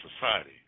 society